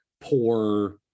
poor